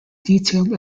detailed